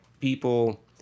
people